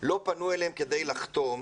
לא פנו אליהם כדי לחתום